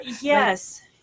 Yes